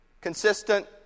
consistent